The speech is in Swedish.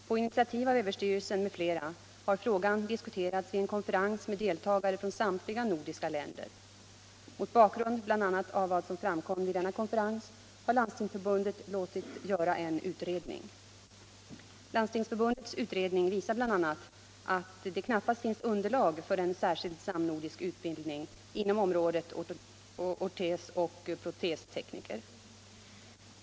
På initiativ av överstyrelsen m.fl. har frågan diskuterats vid en konferens med deltagare från samtliga nordiska länder. Mot bakgrund bl.a. av vad som framkom vid denna konferens har Landstingsförbundet låtit göra en utredning. Landstingsförbundets utredning visar bl.a. att det knappast finns underlag för en särskild samnordisk utbildning inom området ortosoch protesteknik.